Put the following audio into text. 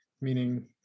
meaning